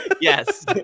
Yes